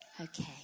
Okay